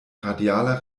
radialer